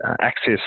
access